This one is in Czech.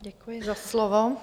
Děkuji za slovo.